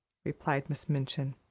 replied miss minchin.